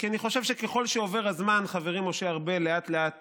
כי אני חושב שככל שעובר הזמן חברי משה ארבל לאט-לאט